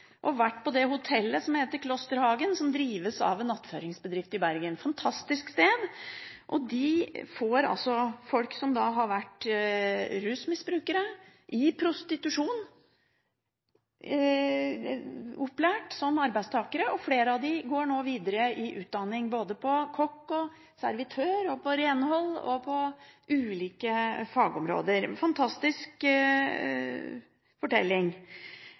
har vært på det hotellet som heter Klosterhagen, som drives av en attføringsbedrift i Bergen – et fantastisk sted. De får folk som har vært rusmisbrukere, eller som har vært i prostitusjon, opplært som arbeidstakere, og flere av dem går nå videre med utdanning enten som kokk, servitør, renhold eller på andre fagområder – en fantastisk fortelling.